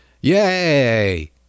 Yay